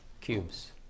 cubes